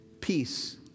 peace